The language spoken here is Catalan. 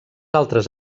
altres